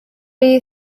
you